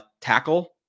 tackle